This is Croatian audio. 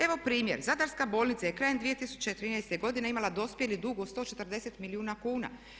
Evo primjer, Zadarska bolnica je krajem 2013. godine imala dospjeli dug od 140 milijuna kuna.